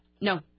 No